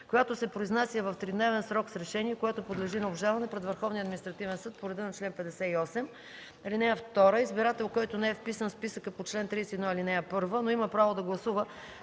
която се произнася в тридневен срок с решение, което подлежи на обжалване пред Върховния административен съд по реда на чл. 58. (2) Избирател, който не е вписан в списъка по чл. 31, ал. 1, но има право да гласува,